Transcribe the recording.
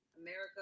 America